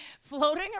Floating